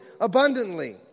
abundantly